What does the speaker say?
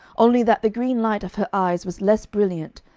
only that the green light of her eyes was less brilliant,